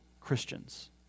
Christians